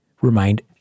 remained